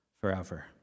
forever